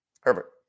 Herbert